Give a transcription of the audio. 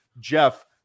Jeff